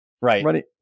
Right